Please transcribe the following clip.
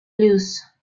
loose